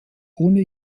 ohne